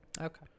Okay